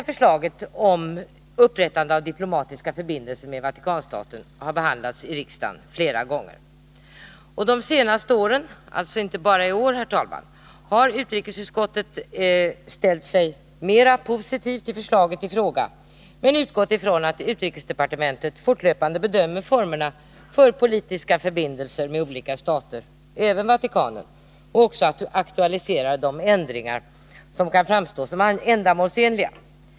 Förslaget om upprättande av diplomatiska förbindelser med Vatikanen har behandlats i riksdagen flera gånger. De senaste åren — alltså inte bara i år, herr talman — har utrikesutskottet ställt sig mer positivt till förslaget i fråga men utgått från att utrikesdepartementet fortlöpande bedömer formerna för diplomatiska förbindelser med politiska stater — även med Vatikanen — och också aktualiserar de ändringar som kan framstå som ändamålsenliga.